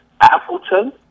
Appleton